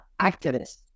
activists